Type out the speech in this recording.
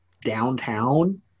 downtown